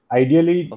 ideally